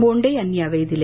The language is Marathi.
बोंडे यांनी यावेळी दिले